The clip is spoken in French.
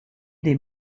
des